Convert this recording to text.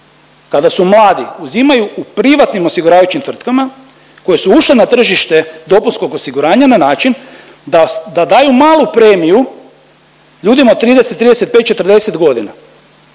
kada su mladi uzimaju u privatnim osiguravajućim tvrtkama koje su ušle na tržište dopunskog osiguranja na način da daju malu premiju ljudima 30, 35, 40 godina,